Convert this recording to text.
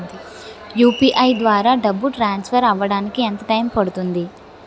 UPI ద్వారా డబ్బు transfer అవ్వడానికి ఎంత టైం పడుతుంది?